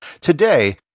Today